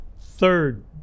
Third